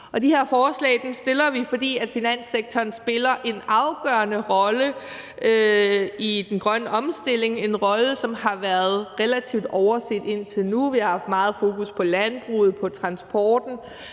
De her forslag fremsætter vi, fordi finanssektoren spiller en afgørende rolle i den grønne omstilling. Det er en rolle, som har været relativt overset indtil nu. Vi har haft meget fokus på landbruget, transporten